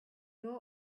law